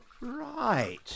Right